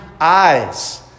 eyes